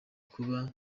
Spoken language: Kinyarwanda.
kuba